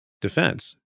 defense